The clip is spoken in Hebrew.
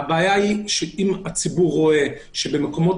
הבעיה היא שאם הציבור רואה שבמקומות